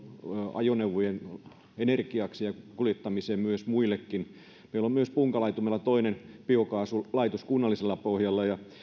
ajoneuvojen energiaksi ja kuljettamiseksi muillekin meillä on myös punkalaitumella toinen biokaasulaitos kunnallisella pohjalla ja